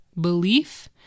belief